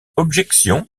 objection